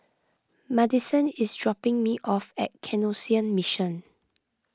Maddison is dropping me off at Canossian Mission